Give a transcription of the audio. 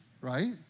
right